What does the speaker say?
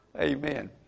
Amen